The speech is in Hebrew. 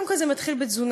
קודם כול, זה מתחיל בתזונה.